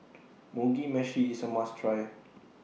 Mugi Meshi IS A must Try